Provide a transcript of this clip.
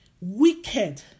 wicked